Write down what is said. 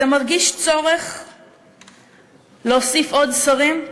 אתה מרגיש צורך להוסיף עוד שרים?